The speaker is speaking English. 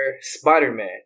Spider-Man